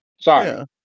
sorry